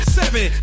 seven